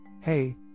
hey